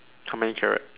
how many carrot